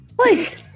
Please